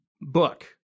book